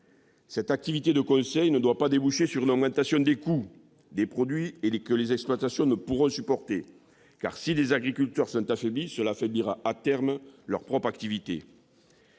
Cette activité de conseil ne doit pas déboucher sur une augmentation du coût des produits, que les exploitations ne pourront pas supporter. Si les agriculteurs sont affaiblis, cela atteindra à terme leur propre activité.